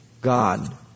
God